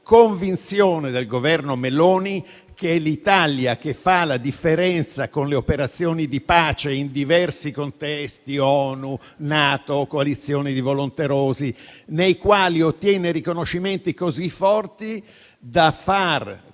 convinzione del Governo Meloni: è l'Italia che fa la differenza con le operazioni di pace in diversi contesti (ONU, NATO, "coalizioni di volonterosi"), nei quali ottiene riconoscimenti così forti da